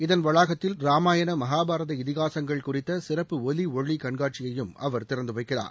இதன் வளாகத்தில் ராமாயண மகாபாரத இதிகாசங்கள் குறித்த சிறப்பு ஒலி ஒளி கண்காட்சியையும் அவர் திறந்து வைக்கிறார்